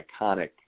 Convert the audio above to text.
iconic